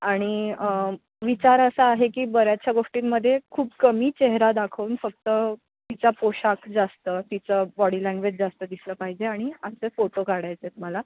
आणि विचार असा आहे की बऱ्याचश्या गोष्टींमध्ये खूप कमी चेहरा दाखवून फक्त तिचा पोशाख जास्त तिचं बॉडी लँग्वेज जास्त दिसलं पाहिजे आणि अस्से फोटो काढायचे आहेत मला